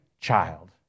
child